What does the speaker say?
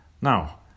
now